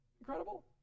incredible